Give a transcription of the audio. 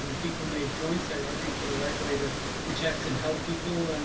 and people made points, they argued for the right way to protect and help people, and